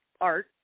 art